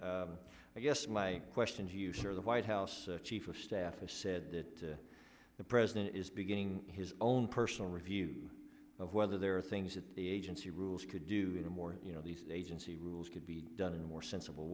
guess my question to you sure the white house chief of staff has said that the president is beginning his own personal review of whether there are things that the agency rules could do the more you know these agency rules could be done in a more sensible